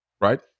Right